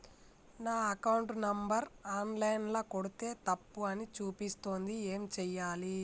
నా account number online ల కొడ్తే తప్పు అని చూపిస్తాంది ఏం చేయాలి?